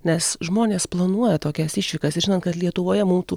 nes žmonės planuoja tokias išvykas ir žinant kad lietuvoje mum tų